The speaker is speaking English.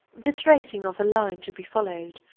the tracing of a line to be followed,